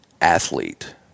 athlete